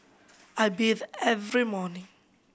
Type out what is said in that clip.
I bathe every morning